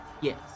Yes